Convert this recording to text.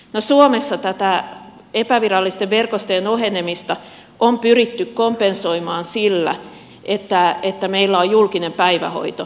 no suomessa tätä epävirallisten verkostojen ohenemista on pyritty kompensoimaan sillä että meillä on julkinen päivähoito